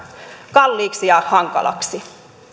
kalliiksi ja hankalaksi